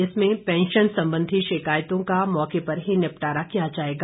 इसमें पैंशन संबंधी शिकायतों का मौके पर ही निपटारा किया जाएगा